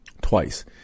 twice